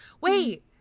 Wait